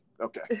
Okay